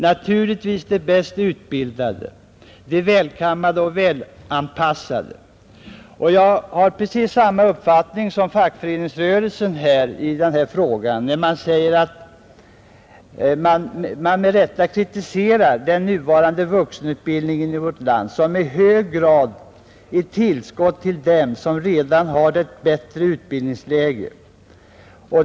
Naturligtvis de bäst utbildade, de välkammade och välanpassade. Jag har precis samma uppfattning som fackföreningsrörelsen i denna fråga, som med rätta kritiserar den nuvarande vuxenutbildningen i vårt land som i hög grad ett tillskott för dem som redan har ett bättre utbildningsläge.